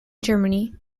germany